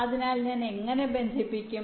അതിനാൽ ഞാൻ എങ്ങനെ ബന്ധിപ്പിക്കും